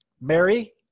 Mary